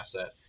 asset